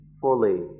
fully